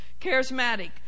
Charismatic